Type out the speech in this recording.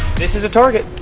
this is a target.